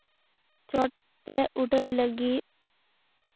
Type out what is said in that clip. ᱪᱚᱴ ᱛᱮ ᱩᱰᱟᱹᱜ ᱞᱟᱹᱜᱤᱫ